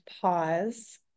pause